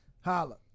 Holla